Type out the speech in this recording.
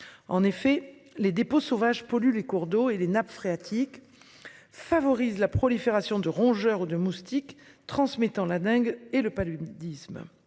En effet les dépôts sauvages polluent les cours d'eau et les nappes phréatiques. Favorise la prolifération de rongeurs ou de moustiques transmettant la dengue et le paludisme.